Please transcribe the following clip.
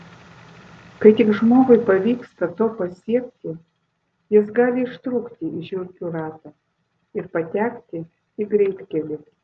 kai tik žmogui pavyksta to pasiekti jis gali ištrūkti iš žiurkių rato ir patekti į greitkelį